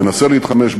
מנסה להתחמש,